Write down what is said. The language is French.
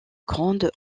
grandes